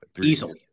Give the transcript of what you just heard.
Easily